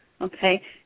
Okay